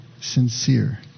sincere